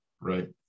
Right